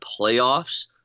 playoffs